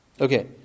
Okay